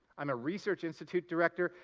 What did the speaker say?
i'm a research institute director.